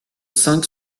cinq